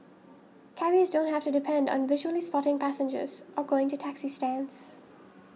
cabbies don't have to depend on visually spotting passengers or going to taxi stands